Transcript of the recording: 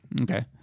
Okay